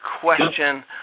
question